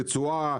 רצועה,